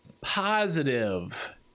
Positive